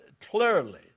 clearly